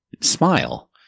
smile